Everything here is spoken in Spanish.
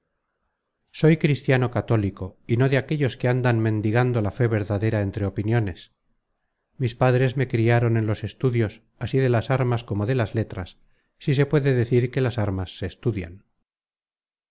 soy cristiano cató lico y no de aquellos que andan mendigando la fe verdadera entre opiniones mis padres me criaron en los estudios así de las armas como de las letras si se puede decir que las armas se